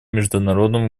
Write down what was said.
международном